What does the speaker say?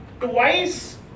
twice